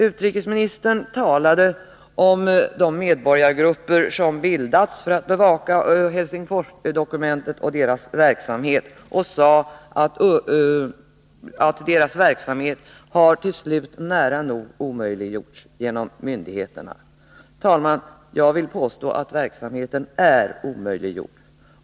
Utrikesministern talade om de medborgargrupper som bildats för att bevaka Helsingforsdokumentet och dessa gruppers verksamhet. Han sade att deras verksamhet till slut nära nog har omöjliggjorts genom myndigheterna. Herr talman! Jag vill påstå att verksamheten är omöjliggjord.